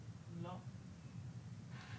אבל המהות,